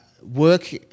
work